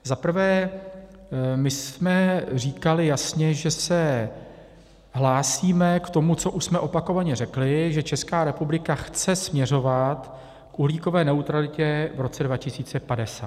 Za prvé jsme jasně říkali, že se hlásíme k tomu, co už jsme opakovaně řekli, že Česká republika chce směřovat k uhlíkové neutralitě v roce 2050.